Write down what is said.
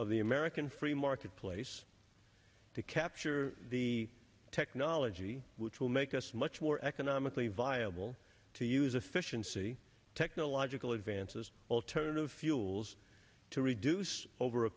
of the american free marketplace to capture the technology which will make us much more economically viable to use efficiency technological advances alternative fuels to reduce over a